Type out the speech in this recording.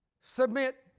submit